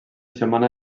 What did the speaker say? setmana